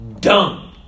dumb